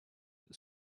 that